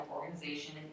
Organization